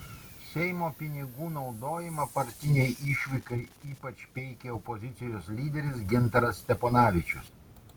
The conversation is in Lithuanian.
seimo pinigų naudojimą partinei išvykai ypač peikė opozicijos lyderis gintaras steponavičius